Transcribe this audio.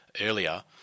earlier